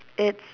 it's